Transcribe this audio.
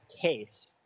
case